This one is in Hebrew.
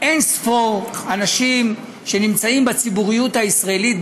אין-ספור אנשים שנמצאים בציבוריות הישראלית,